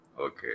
Okay